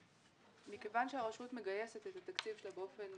מכיוון שהרשות מגייסת את התקציב שלה באופן